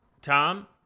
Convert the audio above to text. Tom